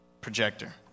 projector